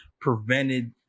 prevented